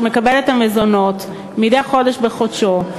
שמקבל את דמי המזונות מדי חודש בחודשו,